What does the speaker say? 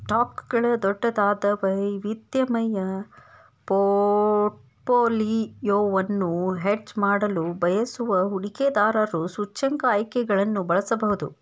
ಸ್ಟಾಕ್ಗಳ ದೊಡ್ಡದಾದ, ವೈವಿಧ್ಯಮಯ ಪೋರ್ಟ್ಫೋಲಿಯೊವನ್ನು ಹೆಡ್ಜ್ ಮಾಡಲು ಬಯಸುವ ಹೂಡಿಕೆದಾರರು ಸೂಚ್ಯಂಕ ಆಯ್ಕೆಗಳನ್ನು ಬಳಸಬಹುದು